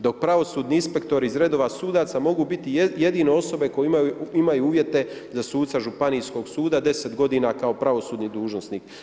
Dok pravosudni inspektora iz redova sudaca mogu biti jedino osobe koje imaju uvjete za suca županijskog suda 10 g. kao pravosudni dužnosnik.